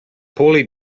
poorly